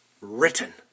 written